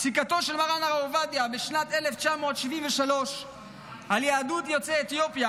בפסיקתו של מרן הרב עובדיה בשנת 1973 על יהדות יוצאי אתיופיה,